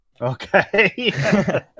Okay